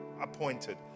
appointed